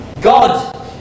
God